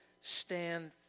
stand